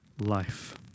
life